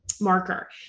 marker